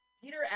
Peter